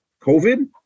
COVID